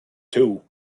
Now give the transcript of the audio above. two